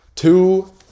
Two